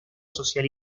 social